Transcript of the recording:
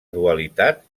dualitat